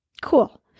Cool